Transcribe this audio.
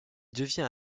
devient